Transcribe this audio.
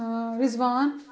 Rizwan